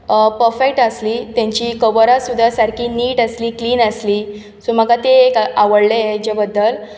perfect आसली तांची कवरां सुद्दां सारकी निट आसली क्लिन आसली सो म्हाका ते एक आवडले हाजे बद्दल